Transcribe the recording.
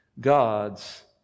God's